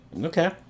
Okay